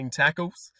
tackles